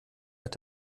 hat